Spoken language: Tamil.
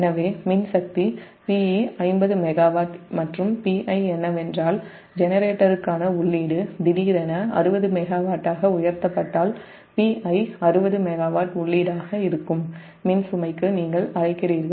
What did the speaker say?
எனவே மின் சக்தி Pe 50 மெகாவாட் மற்றும் Pi என்னவென்றால் ஜெனரேட்டருக்கான உள்ளீடு திடீரென 60 மெகாவாட்டாக உயர்த்த ப்பட்டால் Pi 60 மெகாவாட் உள்ளீடாக இருக்கும் மின் சுமைக்கு நீங்கள் அழைக்கிறீர்கள்